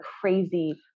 crazy